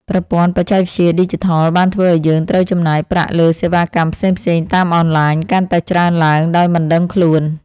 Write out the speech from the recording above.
ប្រព័ន្ធបច្ចេកវិទ្យាឌីជីថលបានធ្វើឱ្យយើងត្រូវចំណាយប្រាក់លើសេវាកម្មផ្សេងៗតាមអនឡាញកាន់តែច្រើនឡើងដោយមិនដឹងខ្លួន។